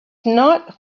not